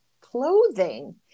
clothing